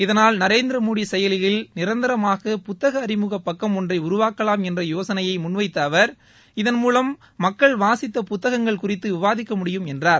இதனால் நரேந்திரமோடி செயலியில் நிரந்தரமாக புத்தக அறிமுக பக்கம் ஒன்றை உருவாக்கலாம் என்ற யோசனையை முன்வைத்த அவர் இதன்மூலம் மக்கள் வாசித்த புத்தகங்கள் குறித்து விவாதிக்க முடியும் என்றார்